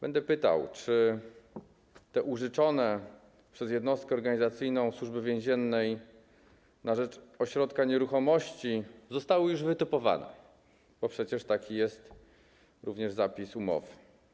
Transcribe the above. Będę pytał: Czy te użyczone przez jednostkę organizacyjną Służby Więziennej na rzecz ośrodka nieruchomości zostały już wytypowane, bo przecież taki jest również zapis umowy?